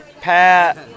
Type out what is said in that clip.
Pat